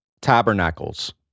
tabernacles